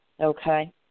Okay